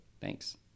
thanks